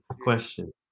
question